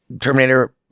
Terminator